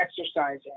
exercising